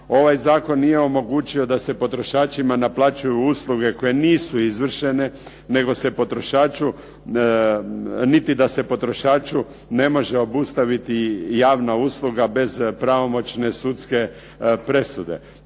Ovaj zakon nije omogućio da se potrošačima naplaćuju usluge koje nisu izvršene nego se potrošaču, niti da se potrošaču ne može obustaviti javna usluga bez pravomoćne sudske presude.